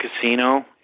casino